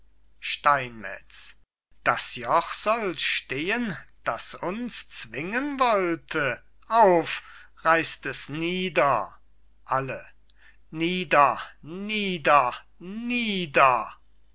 steinmetz das joch soll stehen das uns zwingen wollte auf reisst es nieder alle nieder